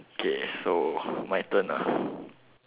okay so my turn ah